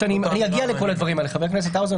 אגיע לכל הדברים האלה, חבר הכנסת האוזר.